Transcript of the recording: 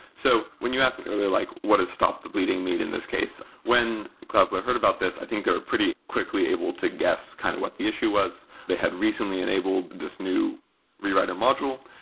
so when you asked me earlier, like what does stop the bleeding mean in this case? when cloudflare heard about this, i think they pretty quickly able to guess kind of what the issue was. they had recently enabled this new rewriting module,